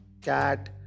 cat